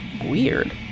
Weird